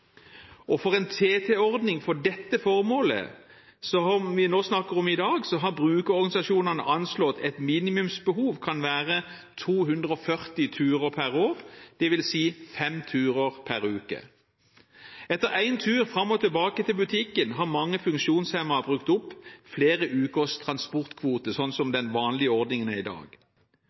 dag. For en TT-ordning for det formålet som vi snakker om i dag, har brukerorganisasjonene anslått at minimumsbehov kan være 240 turer per år, dvs. fem turer per uke. Etter en tur fram og tilbake til butikken har mange funksjonshemmede brukt opp flere ukers transportkvote, sånn som den vanlige ordningen er i dag.